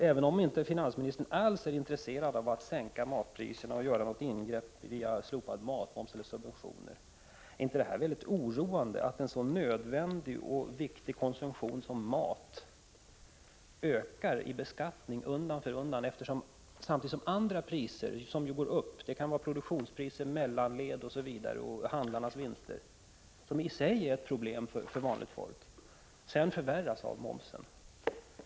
Även om finansministern inte alls är intresserad av att sänka matpriserna och göra något ingrepp via slopad matmoms eller via subventioner, undrar jag om finansministern inte finner det mycket oroande att beskattningen på en så nödvändig och viktig konsumtion som mat ökar undan för undan. Samtidigt som priserna går upp, vilket kan bero på produktionskostnader, mellanled, handlarnas vinster osv., och i sig är ett problem för vanligt folk, förvärras effekten genom momsen.